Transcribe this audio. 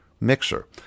mixer